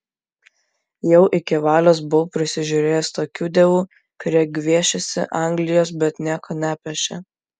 jau iki valios buvau prisižiūrėjęs tokių dievų kurie gviešėsi anglijos bet nieko nepešė